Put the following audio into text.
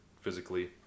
physically